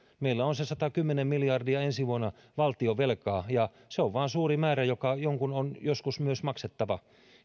meillä on se satakymmentä miljardia ensi vuonna valtionvelkaa ja se vain on suuri määrä joka jonkun on joskus myös maksettava